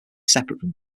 separate